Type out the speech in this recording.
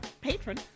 Patron